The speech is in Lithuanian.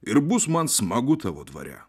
ir bus man smagu tavo dvare